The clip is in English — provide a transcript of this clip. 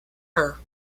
her